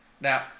Now